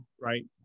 right